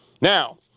Now